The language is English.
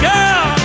Girl